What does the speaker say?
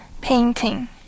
painting